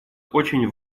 очень